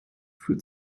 für